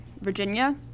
Virginia